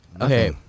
Okay